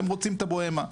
הם רוצים את הבוהמה,